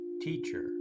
Teacher